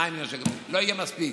52 מיליון שקלים לא יספיקו.